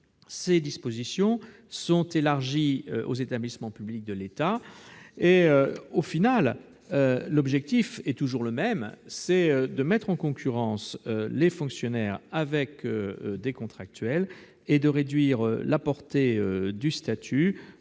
Ces dispositions sont élargies aux établissements publics de l'État. L'objectif est toujours le même : mettre en concurrence les fonctionnaires avec des contractuels et réduire la portée du statut,